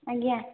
ଆଜ୍ଞା